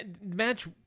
match